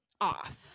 off